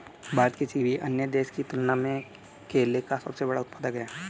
भारत किसी भी अन्य देश की तुलना में केले का सबसे बड़ा उत्पादक है